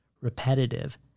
repetitive